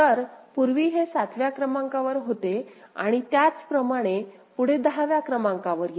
तर पूर्वी हे 7 व्या क्रमांकावर होते आणि त्याचप्रमाणे पुढे 10 व्या क्रमांकावर येईल